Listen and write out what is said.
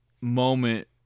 moment